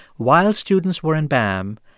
while students were in bam,